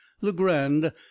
Legrand